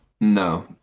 No